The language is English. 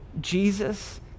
Jesus